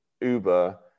uber